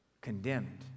Condemned